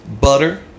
Butter